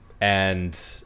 And-